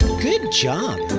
good job!